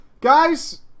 Guys